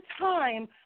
time